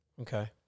Okay